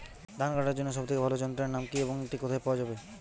ধান কাটার জন্য সব থেকে ভালো যন্ত্রের নাম কি এবং কোথায় পাওয়া যাবে?